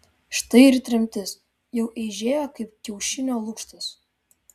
štai ir tremtis jau eižėja kaip kiaušinio lukštas